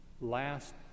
last